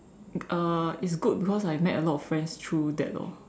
uh it's good because I met a lot of friends through that lor